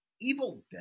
Evil